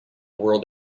world